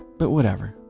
but whatever,